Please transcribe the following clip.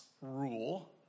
rule